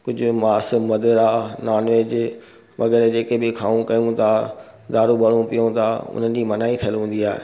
कुझु मांस मदिरा नॉन वेज वग़ैरह जेके बि खाऊं कयूं था दारु वारु पियूं था उनजी मनाई थियलु हूंदी आहे